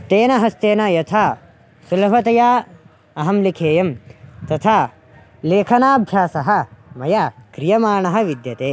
तेन हस्तेन यथा सुलभतया अहं लिखेयं तथा लेखनाभ्यासः मया क्रियमाणः विद्यते